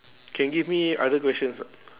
can give me other questions ah